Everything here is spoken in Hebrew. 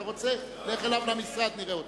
אתה רוצה, לך אליו למשרד, נראה אותך.